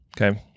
Okay